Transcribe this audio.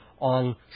on